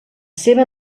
seva